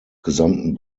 gesamten